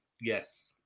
Yes